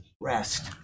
rest